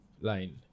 line